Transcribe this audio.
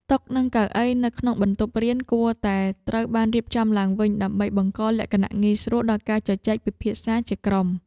តុនិងកៅអីនៅក្នុងបន្ទប់រៀនគួរតែត្រូវបានរៀបចំឡើងវិញដើម្បីបង្កលក្ខណៈងាយស្រួលដល់ការជជែកពិភាក្សាជាក្រុម។